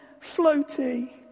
floaty